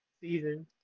season